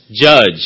Judge